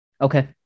Okay